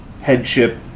headship